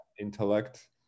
intellect